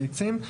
ביצים.